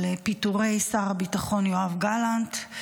על פיטורי שר הביטחון יואב גלנט,